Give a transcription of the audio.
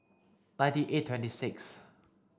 ninety eight twenty sixth